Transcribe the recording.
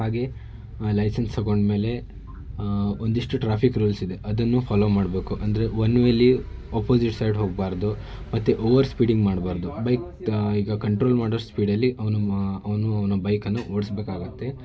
ಹಾಗೆಯೇ ಲೈಸೆನ್ಸ್ ತೊಗೊಂಡ ಮೇಲೆ ಒಂದಿಷ್ಟು ಟ್ರಾಫಿಕ್ ರೂಲ್ಸ್ ಇದೆ ಅದನ್ನು ಫಾಲೋ ಮಾಡಬೇಕು ಅಂದರೆ ಒನ್ ವೇಲ್ಲಿ ಅಪೋಸಿಟ್ ಸೈಡ್ ಹೋಗ್ಬಾರ್ದು ಮತ್ತೆ ಓವರ್ ಸ್ಪೀಡಿಂಗ್ ಮಾಡ್ಬಾರ್ದು ಬೈಕ್ ಈಗ ಕಂಟ್ರೋಲ್ ಮಾಡುವಷ್ಟು ಸ್ಪೀಡಲ್ಲಿ ಅವನು ಮ ಅವನು ಅವ್ನ ಬೈಕನ್ನು ಓಡಿಸಬೇಕಾಗುತ್ತೆ